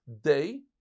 day